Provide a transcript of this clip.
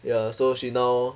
ya so she now